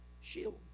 Shield